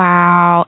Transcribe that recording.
Wow